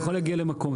אתה יכול להגיע למקום,